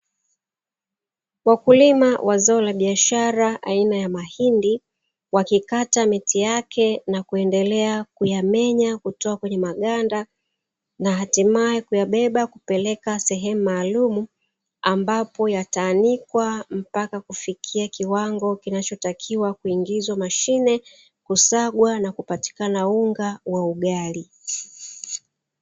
Wakulima wa zao la biashara aina ya mahindi, wakikata miti yake na kuendelea kuyamenya kutoa kwenye maganda na hatimaye kuyabeba kupeleka sehemu maalumu, ambapo yataanikwa mpaka kufikia kiwango kinachotakiwa kuingizwa mashine, kusagwa na kupatikana unga wa ugali.